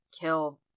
kill